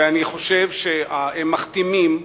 ואני חושב שהם מכתימים,